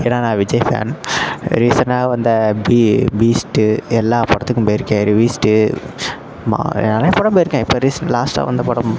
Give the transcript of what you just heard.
ஏன்னா நான் விஜய் ஃபேன் ரீசன்ட்டாக வந்த பீஸ்ட்டு எல்லா படத்துக்கும் போய்ருக்கேன் நிறைய படம் போய்ருக்கேன் இப்போ ரீசன்ட் லாஸ்ட்டாக வந்த படம்